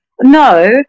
no